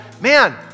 man